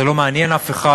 זה לא מעניין אף אחד,